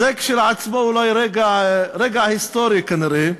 זה כשלעצמו רגע היסטורי, כנראה,